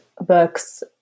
books